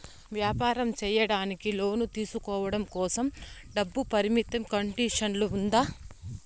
వ్యాపారం సేయడానికి లోను తీసుకోవడం కోసం, డబ్బు పరిమితి కండిషన్లు ఉందా?